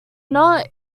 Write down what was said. not